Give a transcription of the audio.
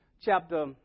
chapter